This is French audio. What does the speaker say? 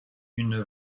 une